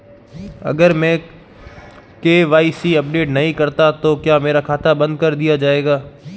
अगर मैं KYC update नहीं करता तो क्या मेरा खाता बंद कर दिया जाएगा?